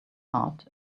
heart